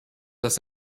das